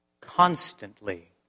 constantly